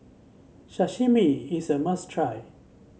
Sashimi is a must try